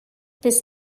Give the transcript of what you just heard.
this